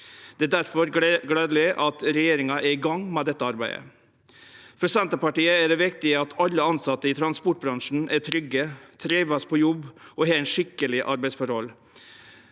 Det er difor gledeleg at regjeringa er i gang med dette arbeidet. For Senterpartiet er det viktig at alle tilsette i transportbransjen er trygge, trivst på jobb og har eit skikkeleg arbeidsforhold.